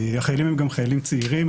החיילים הם גם חיילים צעירים.